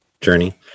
journey